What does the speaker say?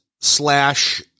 slash